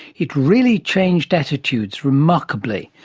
it really changed attitudes remarkably.